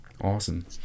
Awesome